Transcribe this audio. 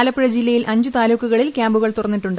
ആലപ്പുഴ ജില്ലയിൽ അഞ്ച് താലൂക്കുകളിൽ ക്യാമ്പുകൾ തുറന്നിട്ടുണ്ട്